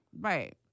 Right